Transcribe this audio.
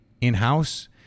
in-house